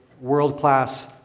world-class